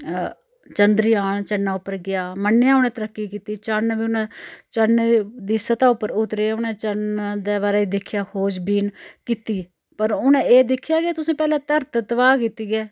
चंद्रयान चन्नै उप्पर गेआ मन्नेआ उ'नें तरक्की कीती चन्न बी उ'नें चन्नै दी सतह् उप्पर उतरे उ'नें चन्न दे बारे च दिक्खेआ खोजबीन कीती पर उ'नें एह् दिक्खेआ कि तुसं पैह्ले धरत तबाह् कीती ऐ